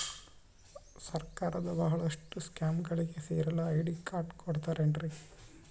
ಸರ್ಕಾರದ ಬಹಳಷ್ಟು ಸ್ಕೇಮುಗಳಿಗೆ ಸೇರಲು ಐ.ಡಿ ಕಾರ್ಡ್ ಕೊಡುತ್ತಾರೇನ್ರಿ?